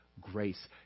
grace